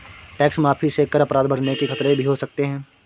tax माफी से कर अपराध बढ़ने के खतरे भी हो सकते हैं